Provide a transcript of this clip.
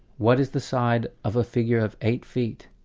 what is the side of a figure of eight feet.